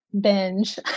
binge